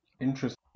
Interesting